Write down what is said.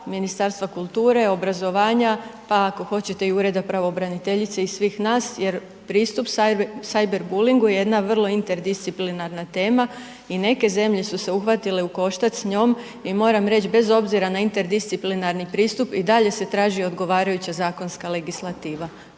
Ministarstva kulture, obrazovanja, pa ako hoćete i ureda pravobraniteljice i svih nas jer pristup Sajver Bulingu je jedna vrlo inter disciplinarna tema i neke zemlje su se uhvatile u koštac s njom i moram reć bez obzira na inter disciplinarni pristup i dalje se traži odgovarajuća zakonska legislativa.